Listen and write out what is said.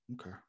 okay